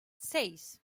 seis